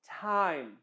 time